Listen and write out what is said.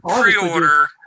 Pre-order